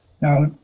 now